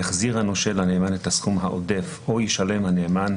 יחזיר הנושה לנאמן את הסכום העודף או ישלם הנאמן